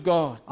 God